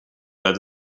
lead